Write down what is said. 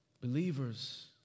Believers